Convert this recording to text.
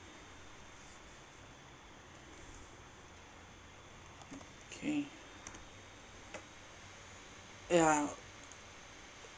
okay yeah